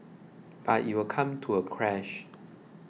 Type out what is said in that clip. but it will come to a crash